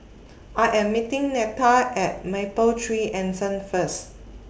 I Am meeting Neta At Mapletree Anson First